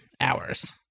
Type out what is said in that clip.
hours